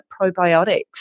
probiotics